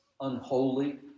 unholy